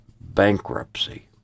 bankruptcy